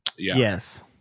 Yes